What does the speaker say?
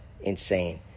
insane